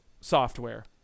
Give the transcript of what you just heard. software